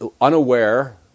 unaware